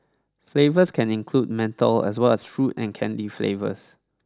flavours can include menthol as well as fruit and candy flavours